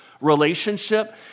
relationship